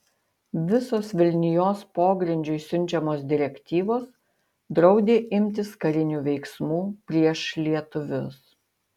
visos vilnijos pogrindžiui siunčiamos direktyvos draudė imtis karinių veiksmų prieš lietuvius